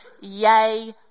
yay